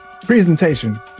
presentation